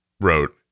wrote